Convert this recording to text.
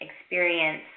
experience